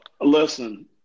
Listen